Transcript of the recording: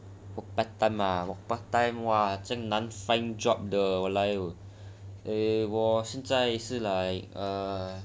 work part time ah work part time !wah! 这样难 find job 的